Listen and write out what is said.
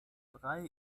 drei